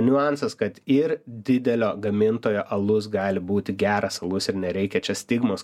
niuansas kad ir didelio gamintojo alus gali būti geras alus ir nereikia čia stigmos